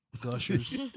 Gushers